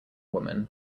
woman